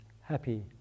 happy